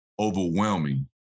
overwhelming